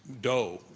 dough